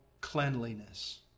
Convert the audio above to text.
cleanliness